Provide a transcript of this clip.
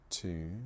two